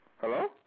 Hello